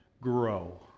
Grow